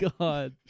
god